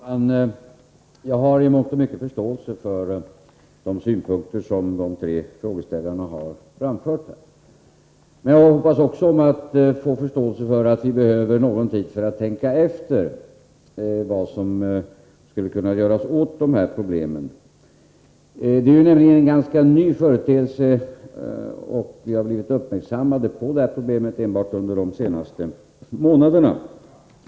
Herr talman! Jag har i mångt och mycket förståelse för de synpunkter som de tre frågeställarna har framfört. Men jag hoppas också att få förståelse för att vi behöver någon tid för att tänka efter vad som skulle kunna göras åt dessa problem. Det är nämligen en ganska ny företeelse, och vi har gjorts uppmärksamma på problemet först under de senaste månaderna.